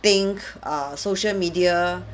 think err social media